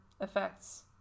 effects